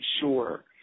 sure